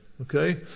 Okay